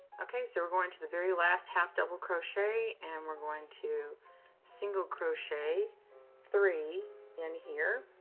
ok. so we're going to the very last half double crochet, and we're going to single crochet three in here.